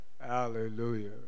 Hallelujah